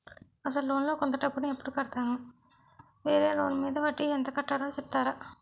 అసలు లోన్ లో కొంత డబ్బు ను ఎప్పుడు కడతాను? వేరే లోన్ మీద వడ్డీ ఎంత కట్తలో చెప్తారా?